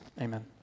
Amen